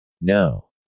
No